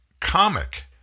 comic